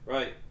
Right